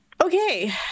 Okay